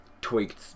tweaked